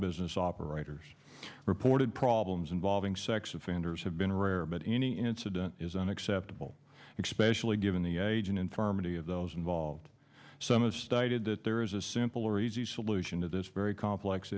business operators reported problems involving sex offenders have been rare but any incident is unacceptable expansion given the age and infirmity of those involved some of stated that there is a simple or easy solution to this very complex